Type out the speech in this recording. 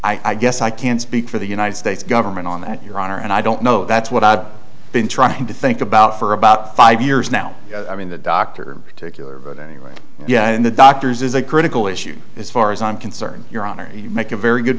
so i guess i can't speak for the united states government on that your honor and i don't know that's what i've been trying to think about for about five years now i mean the doctor particular venue yeah and the doctors is a critical issue as far as i'm concerned your honor you make a very good